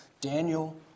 Daniel